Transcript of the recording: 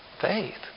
Faith